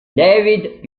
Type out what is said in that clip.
david